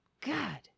God